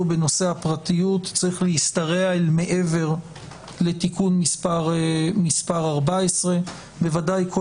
בנושא הפרטיות צריך להשתרע אל מעבר לתיקון מס' 14. ודאי כל